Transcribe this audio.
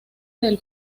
del